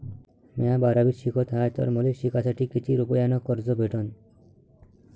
म्या बारावीत शिकत हाय तर मले शिकासाठी किती रुपयान कर्ज भेटन?